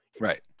right